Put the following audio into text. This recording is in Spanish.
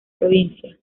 provincia